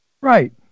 Right